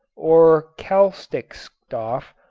or kalkstickstoff,